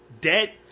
Debt